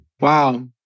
Wow